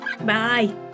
Bye